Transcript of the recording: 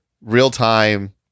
real-time